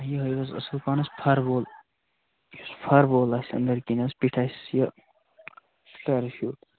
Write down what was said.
یہِ ہٲیو حظ اَصٕل پانس فَر وول یُس فَرٕ وول آسہِ أندٕر کِنۍ آسہِ پٮ۪ٹھ آسٮ۪س یہِ پٮیرشوٗٹ